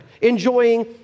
enjoying